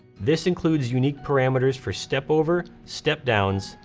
this includes unique parameters for step over, step downs,